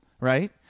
right